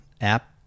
app